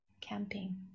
Camping